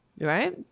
Right